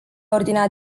ordinea